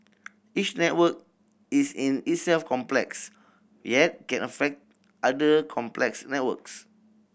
each network is in itself complex yet can affect other complex networks